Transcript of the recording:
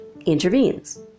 intervenes